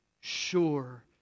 sure